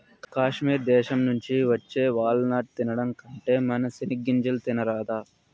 కాశ్మీర్ దేశం నుంచి వచ్చే వాల్ నట్టు తినడం కంటే మన సెనిగ్గింజలు తినరాదా